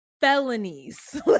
felonies